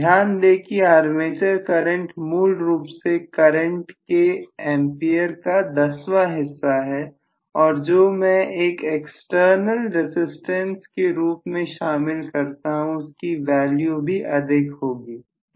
ध्यान दें कि आर्मेचर करंट मूल रूप से करंट के एम्पीयर का दसवां हिस्सा है और जो मैं एक एक्सटर्नल रसिस्टेंस के रूप में शामिल करता हूं उसकी वैल्यू भी अधिक होती है